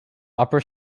upper